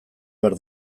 behar